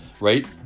right